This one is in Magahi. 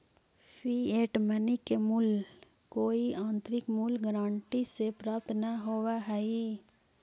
फिएट मनी के मूल्य कोई आंतरिक मूल्य गारंटी से प्राप्त न होवऽ हई